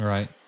Right